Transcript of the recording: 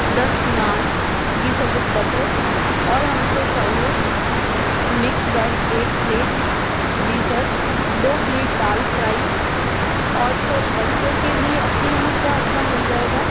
दस नान जी sir with butter और हमको चाहिए मिक्स वेज एक प्लेट जी कर दो प्लेट दाल फ्राई और सर बच्चों के लिए अपने यहाँ क्या अच्छा मिल जाएगा